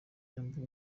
yamburwa